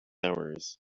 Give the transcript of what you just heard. hours